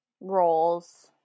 roles